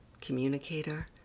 communicator